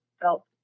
felt